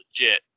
legit